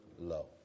low